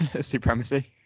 supremacy